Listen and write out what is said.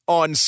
on